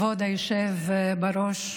כבוד היושב בראש,